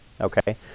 Okay